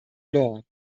law